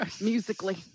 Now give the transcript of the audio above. musically